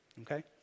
Okay